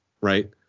right